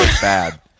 bad